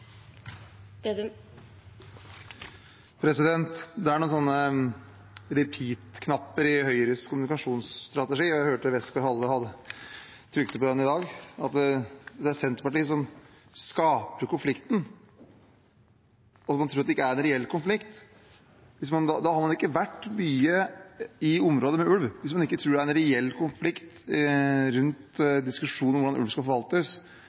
noen «repeat»-knapper i Høyres kommunikasjonsstrategi, og jeg hørte Westgaard-Halle trykke på en av dem i dag: Det er Senterpartiet som skaper konflikten. Hvis man ikke tror det er en reell konflikt, har man ikke vært mye i områder med ulv og hørt diskusjonen om hvordan ulv skal forvaltes. Det er en reell konflikt